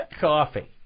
Coffee